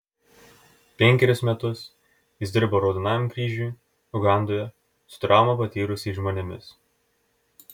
penkerius metus jis dirbo raudonajam kryžiui ugandoje su traumą patyrusiais žmonėmis